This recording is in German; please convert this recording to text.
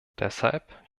deshalb